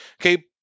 okay